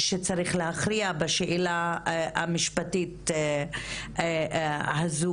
שצריך להכריע בשאלה המשפטית הזו.